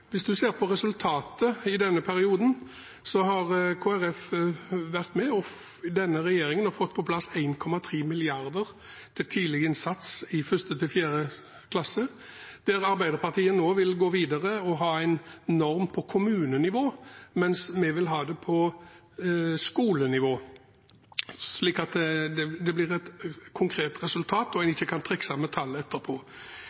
Hvis en ser på resultatet i denne perioden, har Kristelig Folkeparti vært med denne regjeringen og fått på plass 1,3 mrd. kr til tidlig innsats i 1.–4. klasse. Arbeiderpartiet vil nå gå videre og ha en norm på kommunenivå, mens vi vil ha det på skolenivå, slik at det blir et konkret resultat, og en ikke kan trikse med tall etterpå. Vi har fått inn flere hundre millioner, satset på